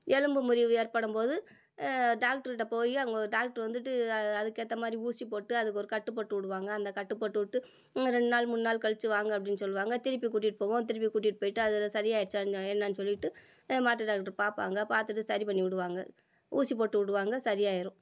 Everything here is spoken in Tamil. எலும்பு முறிவு ஏற்படும்போது டாக்டருட்டப்போயி அங்கே டாக்டர் வந்துட்டு அ அதுக்கேத்தமாதிரி ஊசிப்போட்டு அதுக்கு ஒரு கட்டு போட்டுவிடுவாங்க அந்த கட்டுப்போட்டுவிட்டு இன்னும் ரெண்டு நாள் மூணு நாள் கழிச்சி வாங்க அப்படின்னு சொல்லுவாங்க திருப்பி கூட்டிட்டுப்போவோம் திருப்பி கூட்டிட்டுப்போய்ட்டு அதில் சரியாயிருச்சா என்ன என்னன்னு சொல்லிட்டு மாட்டு டாக்ட்ரு பார்ப்பாங்க பார்த்துட்டு சரி பண்ணிவிடுவாங்க ஊசிப்போட்டுவிடுவாங்க சரியாயிடும்